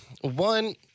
One